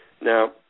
Now